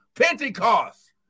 Pentecost